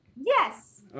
Yes